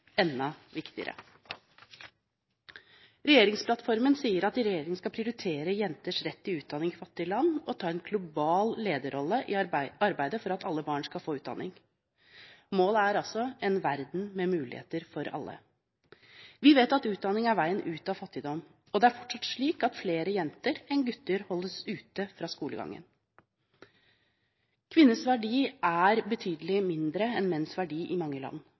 enda viktigere. Regjeringsplattformen sier at regjeringen skal prioritere jenters rett til utdanning i fattige land og ta en global lederrolle i arbeidet for at alle barn skal få utdanning. Målet er altså en verden med muligheter for alle. Vi vet at utdanning er veien ut av fattigdom, og det er fortsatt slik at flere jenter enn gutter holdes ute fra skolegangen. Kvinners verdi er betydelig mindre enn menns verdi i mange land.